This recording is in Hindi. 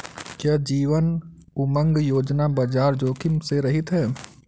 क्या जीवन उमंग योजना बाजार जोखिम से रहित है?